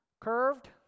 curved